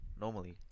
normally